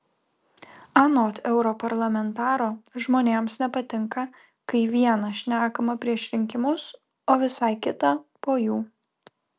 anot europarlamentaro žmonėms nepatinka kai viena šnekama prieš rinkimus o visai kita po jų